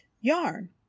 yarn